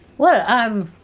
well i'm